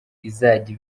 izajya